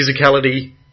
physicality